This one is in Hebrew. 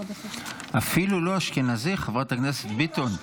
אפילו לא אשכנזי, חברת הכנסת ביטון?